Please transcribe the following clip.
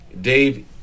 Dave